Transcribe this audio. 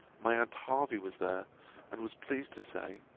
my aunt hervey was there and was pleased to say,